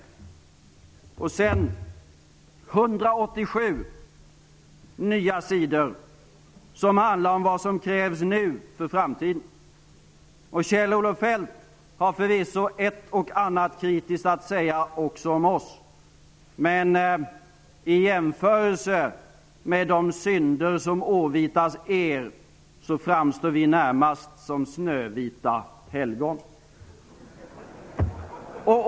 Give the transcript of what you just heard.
Det finns 187 nya sidor som handlar om vad som nu krävs för framtiden. Kjell-Olof Feldt har förvisso ett och annat kritiskt att säga också om oss. Men i jämförelse med de synder som åvitas er framstår vi närmast som snövita helgon!